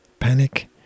Panic